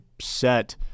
set